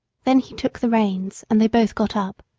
then he took the reins, and they both got up.